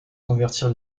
convertir